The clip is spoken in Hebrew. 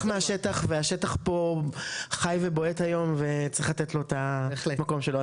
מהשטח והשטח פה חי ובועט היום וצריך לתת לו את המקום שלו.